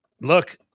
look